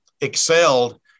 excelled